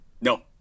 No